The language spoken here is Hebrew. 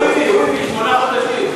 הוא הביא, הוא הביא שמונה חודשים.